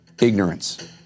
ignorance